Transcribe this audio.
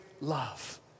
love